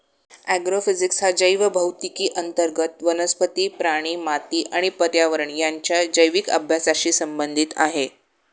agrophysics हा जैवभौतिकी अंतर्गत वनस्पती, प्राणी, माती आणि पर्यावरण यांच्या जैविक अभ्यासाशी संबंधित आहे